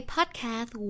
Podcast